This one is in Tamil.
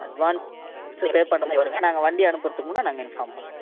அட்வான்ஸ் ஃபர்ஸ்ட் பே பண்ணுறமாரி பாருங்கள் நாங்கள் வண்டி அனுப்புறதுக்கு முன்னே நாங்கள் இன்ஃபார்ம் பண்ணுறோம்